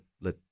let